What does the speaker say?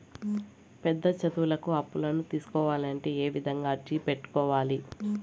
పెద్ద చదువులకు అప్పులను తీసుకోవాలంటే ఏ విధంగా అర్జీ పెట్టుకోవాలి?